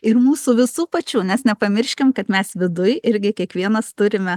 ir mūsų visų pačių nes nepamirškim kad mes viduj irgi kiekvienas turime